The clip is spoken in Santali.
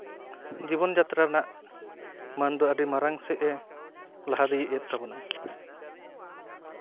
ᱡᱤᱵᱚᱱᱡᱟᱛᱨᱟ ᱨᱮᱱᱟᱜ ᱢᱟᱱᱫᱚ ᱟᱹᱰᱤ ᱢᱟᱨᱟᱝ ᱥᱮᱫᱼᱮ ᱞᱟᱦᱟ ᱤᱫᱤᱭᱮᱫ ᱛᱟᱵᱚᱱᱟᱭ